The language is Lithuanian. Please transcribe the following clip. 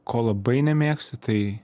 ko labai nemėgstu tai